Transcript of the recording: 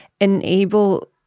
enable